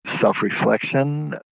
self-reflection